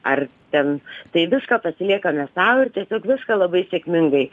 ar ten tai viską pasiliekame sau ir tiesiog viską labai sėkmingai